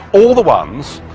all the ones,